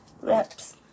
wraps